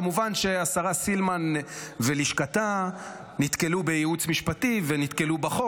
כמובן שהשרה סילמן ולשכתה נתקלו בייעוץ משפטי ונתקלו בחוק